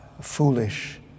foolish